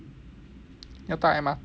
要搭 M_R_T 的